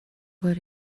what